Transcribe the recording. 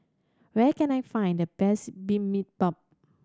where can I find the best Bibimbap